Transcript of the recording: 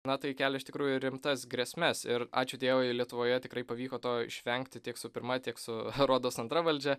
na tai kelia iš tikrųjų rimtas grėsmes ir ačiū dievui lietuvoje tikrai pavyko to išvengti tiek su pirma tiek su rodos antra valdžia